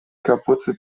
kapuze